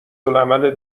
العمل